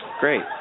Great